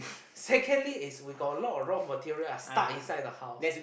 secondly is we got a lot raw material which is stuck inside the house